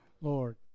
Lord